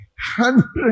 Hundred